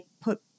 put